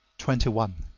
twenty one.